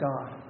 God